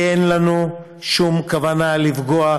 כי אין לנו שום כוונה לפגוע,